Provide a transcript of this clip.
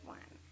one